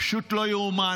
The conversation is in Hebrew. פשוט לא יאומן.